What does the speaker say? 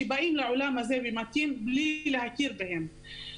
שבאים לעולם הזה ומתים בלי להכיר בהם.